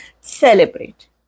celebrate